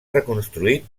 reconstruït